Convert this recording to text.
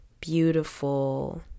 beautiful